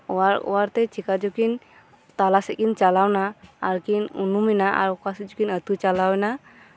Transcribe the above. ᱚᱣᱟᱨ ᱚᱣᱟᱨᱛᱮ ᱪᱮᱠᱟ ᱪᱚᱠᱤᱱ ᱛᱟᱞᱟᱥᱮᱫ ᱠᱤᱱ ᱪᱟᱞᱟᱣᱱᱟ ᱟᱨᱠᱤᱱ ᱩᱱᱩᱢᱮᱱᱟ ᱟᱨ ᱚᱠᱟᱥᱮᱫ ᱪᱚᱠᱤᱱ ᱟᱹᱛᱩ ᱪᱟᱞᱟᱣᱮᱱᱟ